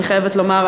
אני חייבת לומר,